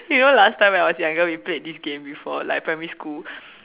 you know last time when I was younger we played this game before like primary school